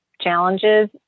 challenges